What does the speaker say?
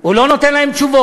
הוא לא נותן להם תשובות.